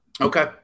Okay